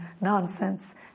nonsense